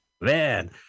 Man